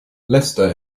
lister